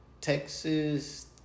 Texas